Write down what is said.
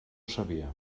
sabia